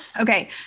Okay